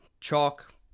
chalk